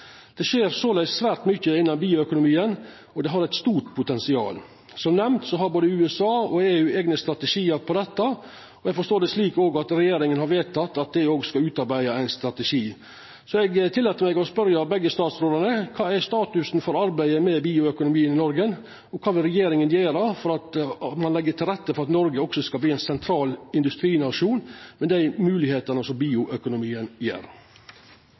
Det skjer såleis svært mykje innan bioøkonomien, og det har eit stort potensial. Som nemnt har både USA og EU eigne strategiar på dette, og eg forstår det slik òg at regjeringa har vedteke at dei òg skal utarbeida ein strategi. Eg tillèt meg å spørja begge statsrådane: Kva er statusen for arbeidet med bioøkonomien i Noreg, og kva vil regjeringa gjera for å leggja til rette for at Noreg også skal verta ein sentral industrinasjon, med dei moglegheitene som bioøkonomien